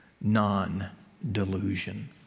non-delusion